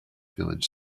village